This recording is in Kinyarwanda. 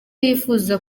yifuza